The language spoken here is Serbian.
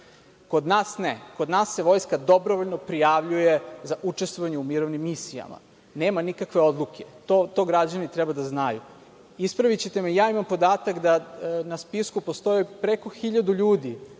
Kod nas ne. Kod nas se vojska dobrovoljno prijavljuje za učestvovanje u mirovnim misijama. Nema nikakve odluke. To građani treba da znaju. Ispravićete me, ja imam podatak da na spisku postoji preko 1.000 ljudi